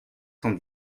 cent